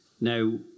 Now